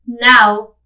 now